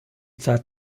zeit